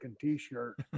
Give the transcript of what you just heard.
t-shirt